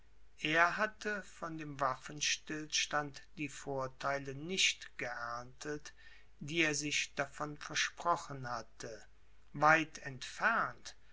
er hatte von dem waffenstillstand die vorteile nicht geerntet die er sich davon versprochen hatte weit entfernt